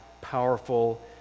powerful